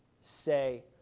say